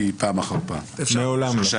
להתלונן שאני